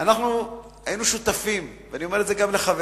אנחנו היינו שותפים, ואני אומר את זה גם לחברי,